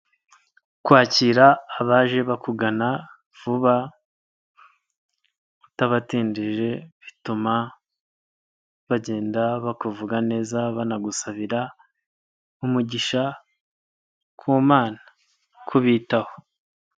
Kwakira abaje bakugana vuba utabatindije bituma bagenda bakuvuga neza banagusabira umugisha ku mana kubitaho.